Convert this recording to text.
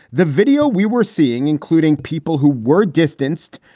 the video we were seeing, including people who were distanced,